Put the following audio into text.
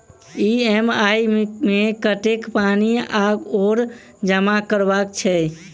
EMI मे कतेक पानि आओर जमा करबाक छैक?